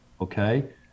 Okay